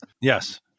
Yes